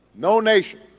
no nation,